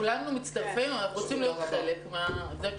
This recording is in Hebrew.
כולנו מצטרפים, אנחנו רוצים להיות חלק מזה.